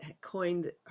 coined